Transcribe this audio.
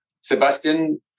Sebastian